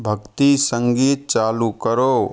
भक्ति संगीत चालू करो